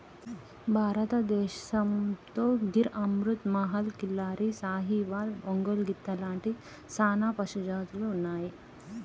భారతదేసంతో గిర్ అమృత్ మహల్, కిల్లారి, సాహివాల్, ఒంగోలు గిత్త లాంటి సానా పశుజాతులు ఉన్నాయి